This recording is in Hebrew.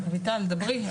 רויטל תדברי,